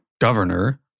governor